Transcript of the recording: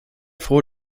froh